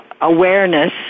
awareness